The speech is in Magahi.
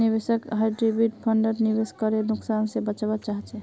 निवेशक हाइब्रिड फण्डत निवेश करे नुकसान से बचवा चाहछे